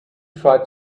try